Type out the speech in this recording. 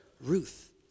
Ruth